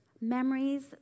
memories